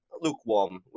lukewarm